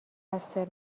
مقصر